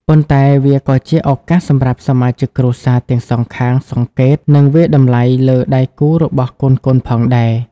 ប៉ុន្តែវាក៏ជា ឱកាសសម្រាប់សមាជិកគ្រួសារទាំងសងខាងសង្កេត និងវាយតម្លៃ លើដៃគូរបស់កូនៗផងដែរ។